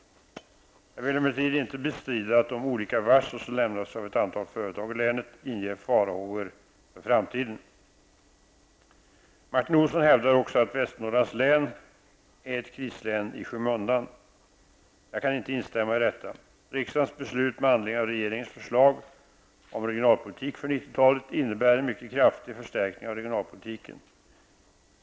Jag vill emellertid inte bestrida att de olika varsel som lämnats av ett antal företag i länet inger farhågor för framtiden. Martin Olsson hävdar också att Västernorrlands län är ett krislän i skymundan. Jag kan inte instämma i detta. Riksdagens beslut med anledning av regeringens förslag om regionalpolitik för 90-talet innebär en mycket kraftig förstärkning av regionalpolitiken.